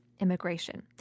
immigration